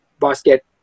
basket